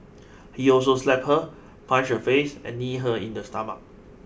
he also slapped her punched her face and kneed her in the stomach